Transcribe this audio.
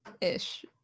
Ish